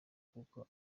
kuko